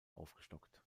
aufgestockt